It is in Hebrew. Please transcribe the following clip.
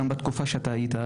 גם בתקופה שאתה היית,